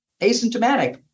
asymptomatic